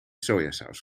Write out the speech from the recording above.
sojasaus